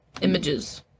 Images